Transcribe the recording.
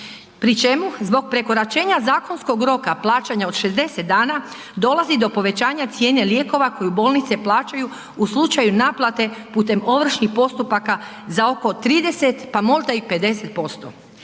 pri čemu zbog prekoračenja zakonskog roka plaćanja od 60 dana dolazi do povećanja cijene lijekova koje bolnice plaćaju u slučaju naplate putem ovršnih postupaka za oko 30 pa možda i 50%.